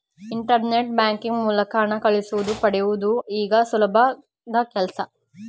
internet banking ಮೂಲಕ ಹಣ ಕಳಿಸುವುದು ಪಡೆಯುವುದು ಈಗ ಸುಲಭದ ಕೆಲ್ಸ